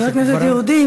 חבר כנסת יהודי,